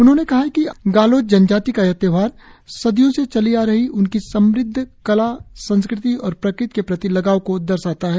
उन्होंने कहा है कि आलो जनजाति का यह त्यौहार सदियों से चले आ रही उनकी समृद्ध कला संस्कृति और प्रकृति के प्रति लगाव को दर्शाता हैं